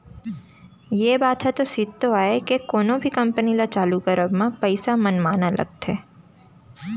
ये बात ह तो सिरतोन आय के कोनो भी कंपनी ल चालू करब म पइसा तो मनमाने लगथे